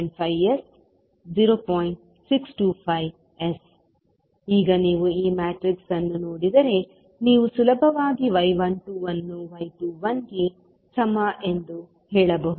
625S ಈಗ ನೀವು ಈ ಮ್ಯಾಟ್ರಿಕ್ಸ್ ಅನ್ನು ನೋಡಿದರೆ ನೀವು ಸುಲಭವಾಗಿ y 12 ಅನ್ನು y 21 ಗೆ ಸಮ ಎಂದು ಹೇಳಬಹುದು